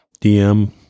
DM